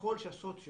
ככל שהסוציו